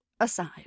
aside